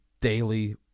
daily